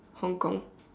Hong-Kong